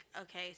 okay